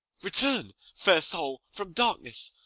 return, fair soul, from darkness,